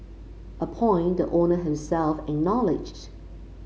a point the owner himself acknowledged